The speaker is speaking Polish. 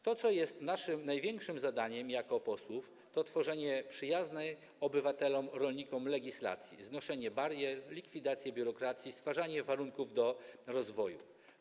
To, co jest naszym największym zadaniem jako posłów, to tworzenie przyjaznej obywatelom, rolnikom legislacji, znoszenie barier, likwidacja biurokracji, stwarzanie warunków do rozwoju.